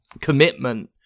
commitment